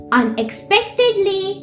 unexpectedly